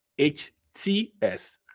HTS